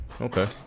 Okay